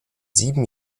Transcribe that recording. sieben